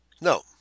No